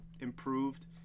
improved